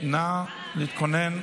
נא להתכונן.